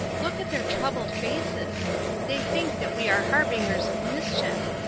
look at their troubled faces they think that we are harbingers of mischief.